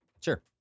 sure